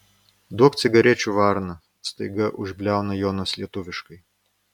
duok cigarečių varna staiga užbliauna jonas lietuviškai